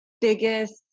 biggest